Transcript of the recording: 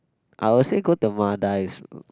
I will say go to Maldives